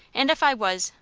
and if i was,